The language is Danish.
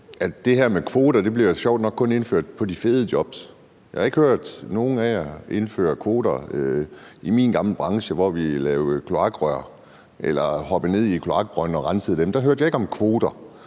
det her med kvoter sjovt nok kun bliver indført for de fede jobs. Jeg har ikke hørt, at nogen af jer vil indføre kvoter i min gamle branche, hvor vi lavede kloakrør eller hoppede ned i en kloakbrønd og rensede den. Da hørte jeg ikke om kvoter.